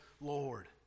Lord